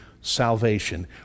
salvation